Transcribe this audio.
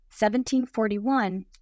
1741